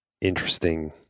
interesting